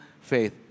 faith